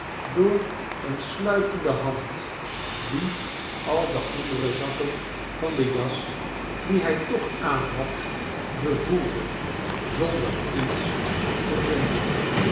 door een sluiende hand die al de andere zakken van de as die hy toch aanhad bevoelde zonder iets te vinden